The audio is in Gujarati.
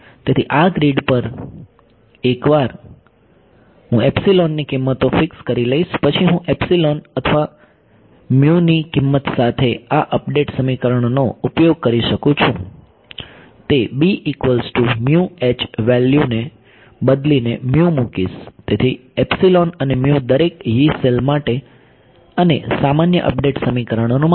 તેથી આ ગ્રીડ પર એકવાર હું ની કિંમતો ફિક્સ કરી લઈશ પછી હું એપ્સીલોન અથવા mu ની કિંમત સાથે આ અપડેટ સમીકરણોનો ઉપયોગ કરી શકું છું હું તે વેલ્યૂને બદલીને મૂકીશ તેથી અને દરેક Yee સેલ માટે અને સામાન્ય અપડેટ સમીકરણો માટે